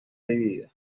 dividida